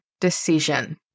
decision